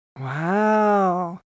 Wow